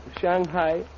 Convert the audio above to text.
Shanghai